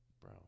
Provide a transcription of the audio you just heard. Bro